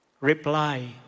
reply